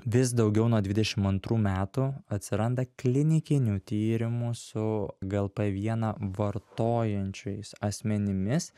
vis daugiau nuo dvidešim antrų metų atsiranda klinikinių tyrimų su glp vieną vartojančiais asmenimis